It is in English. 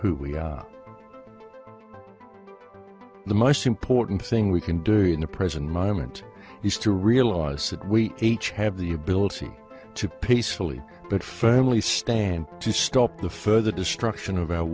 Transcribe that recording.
who we are the most important thing we can do in the present moment is to realize that we each have the ability to peacefully but family stand to stop the further destruction of